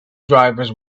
drivers